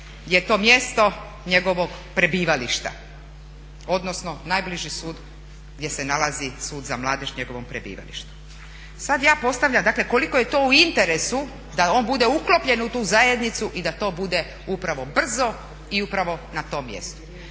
je to mjesto njegovog prebivališta, odnosno najbliži sud gdje se nalazi sud za mladež njegovom prebivalištu. Sad ja postavljam dakle koliko je to u interesu da on bude uklopljen u tu zajednicu i da to bude upravo brzo i upravo na tom mjestu.